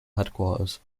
headquarters